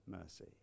mercy